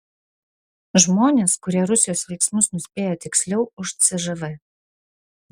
žmonės kurie rusijos veiksmus nuspėja tiksliau už cžv